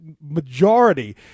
majority